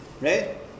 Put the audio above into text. right